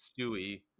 Stewie